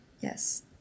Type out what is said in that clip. yes